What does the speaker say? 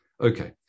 Okay